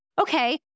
okay